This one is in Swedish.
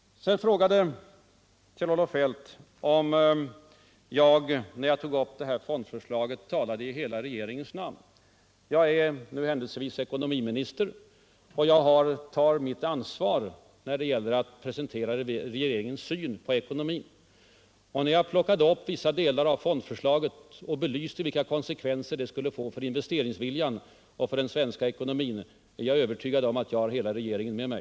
Sedan frågade herr Feldt om jag, när jag tog upp fondförslaget, talade i hela regeringens namn. Jag är händelsevis ekonomiminister, och jag tar mitt ansvar när det gäller att presentera regeringens syn på ekonomin. Och när jag beskriver fondförslaget och belyser vilka konsekvenser det skulle kunna få för investeringsviljan och för den svenska ekonomin, så är jag övertygad om att jag har hela regeringen med mig.